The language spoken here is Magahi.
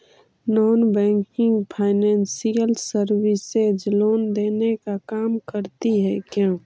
Non banking financial services loan देने का काम करती है क्यू?